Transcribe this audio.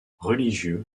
religieux